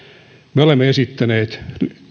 me olemme esittäneet